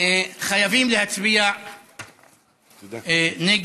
חייבים להצביע נגד,